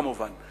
כמובן?